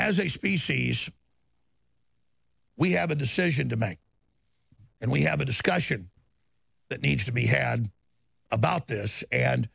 as a species we have a decision to make and we have a discussion that needs to be had about this a